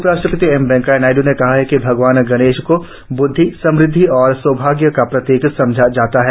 उपराष्ट्रपति एम वेकैंया नायड् ने कहा कि भगवान गणेश को ब्द्धि सम़द्धि और सौभाग्य का प्रतीक समझा जाता है